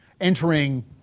entering